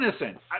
innocent